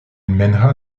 mènera